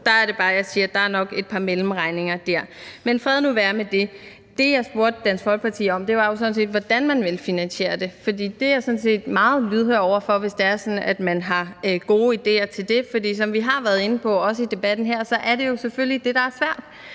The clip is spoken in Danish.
at der nok er et par mellemregninger der. Men fred nu være med det. Det, jeg spurgte Dansk Folkeparti om, var sådan set, hvordan man ville finansiere det. For det er jeg sådan set meget lydhør over for, altså hvis det er sådan, at man har gode ideer til det, for som vi har været inde på, også i debatten her, er det jo selvfølgelig det, der er svært.